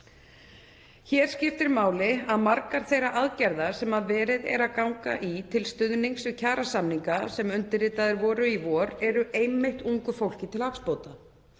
Hér skiptir máli að margar þeirra aðgerða sem verið er að ganga í til stuðnings við kjarasamninga sem undirritaðir voru í vor eru einmitt ungu fólki til hagsbóta.